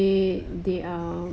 !huh! they still have